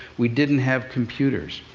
we didn't have computers.